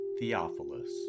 Theophilus